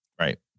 Right